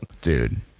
Dude